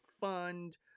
fund